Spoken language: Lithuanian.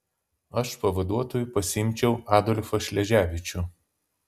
aš pavaduotoju pasiimčiau adolfą šleževičių